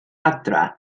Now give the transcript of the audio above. adre